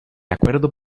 acuerdo